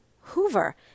Hoover